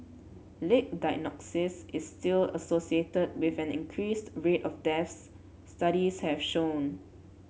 late diagnosis is still associated with an increased rate of deaths studies have shown